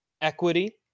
equity